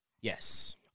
Yes